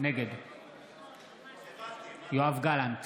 נגד יואב גלנט,